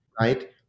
right